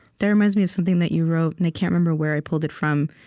that reminds me of something that you wrote, and i can't remember where i pulled it from,